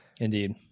Indeed